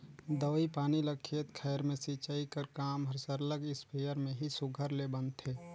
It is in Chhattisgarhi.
दवई पानी ल खेत खाएर में छींचई कर काम हर सरलग इस्पेयर में ही सुग्घर ले बनथे